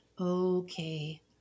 Okay